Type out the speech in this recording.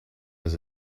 does